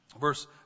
verse